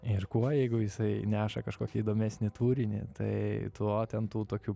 ir kuo jeigu jisai neša kažkokią įdomesnį turinį tai tuo ten tų tokių